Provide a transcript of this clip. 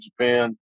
Japan